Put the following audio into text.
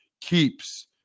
Keeps